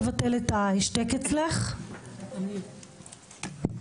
עו"ד אמיר וסרמן,